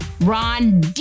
Ron